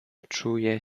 czuje